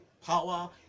power